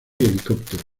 helicóptero